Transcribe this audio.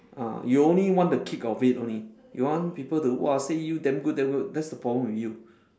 ah you only want the kick of it only you want people to !wah! say you damn good damn good that's the problem with you